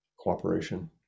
cooperation